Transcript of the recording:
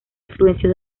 influenció